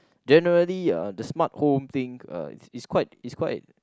generally uh the smart home think uh it's quite it's quite